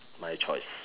my choice